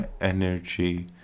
energy